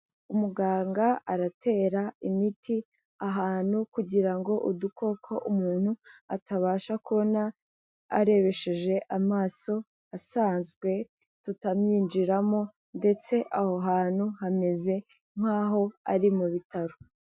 Umuganga aratera imiti ahantu kugira ngo udukoko umuntu atabasha kubona arebesheje amaso asanzwe tutamwinjiramo ndetse aho hantu hameze nkaho ari mu bitaro.